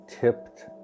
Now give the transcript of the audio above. tipped